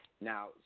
Now